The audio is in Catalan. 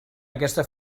aquesta